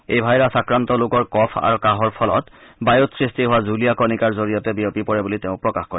এই ভাইৰাছ আক্ৰান্ত লোকৰ কফ আৰু কাহৰ ফলত বায়ুত সৃষ্টি হোৱা জুলীয়া কণিকাৰ জৰিয়তে বিয়পে বুলি তেওঁ প্ৰকাশ কৰে